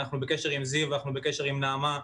ואנחנו בקשר עם זיוה ועם נעמה,